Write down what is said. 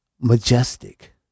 majestic